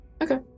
Okay